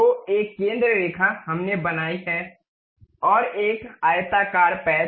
तो एक केंद्र रेखा हमने बनाई है और एक आयताकार पैच